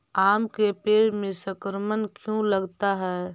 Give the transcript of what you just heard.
आम के पेड़ में संक्रमण क्यों लगता है?